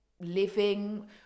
living